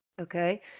Okay